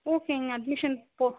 ஓகேங்க அட்மிஷன்